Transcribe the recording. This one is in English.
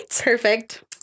Perfect